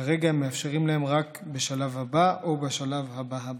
כרגע מאפשרים להם רק בשלב הבא או בשלב הבא הבא.